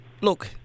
look